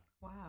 Wow